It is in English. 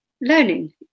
learning